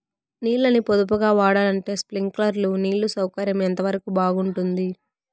నీళ్ళ ని పొదుపుగా వాడాలంటే స్ప్రింక్లర్లు నీళ్లు సౌకర్యం ఎంతవరకు బాగుంటుంది?